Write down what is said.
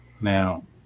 Now